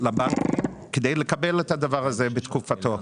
לבנקים כדי לקבל את הדבר הזה בתקופתו.